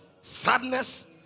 sadness